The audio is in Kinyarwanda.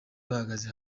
bahagaze